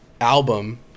album